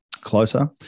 closer